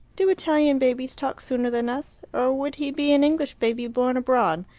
do italian babies talk sooner than us, or would he be an english baby born abroad?